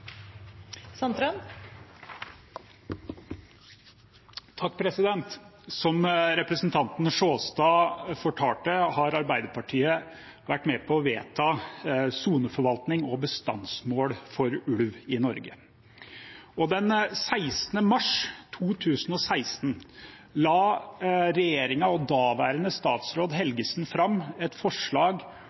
Som representanten Sjåstad fortalte, har Arbeiderpartiet vært med på å vedta soneforvaltning og bestandsmål for ulv i Norge. Den 16. mars 2016 la regjeringen og daværende statsråd Helgesen fram et forslag